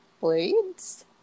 blades